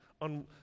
on